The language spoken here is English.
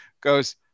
goes